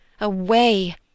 Away